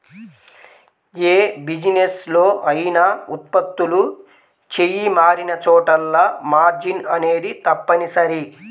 యే బిజినెస్ లో అయినా ఉత్పత్తులు చెయ్యి మారినచోటల్లా మార్జిన్ అనేది తప్పనిసరి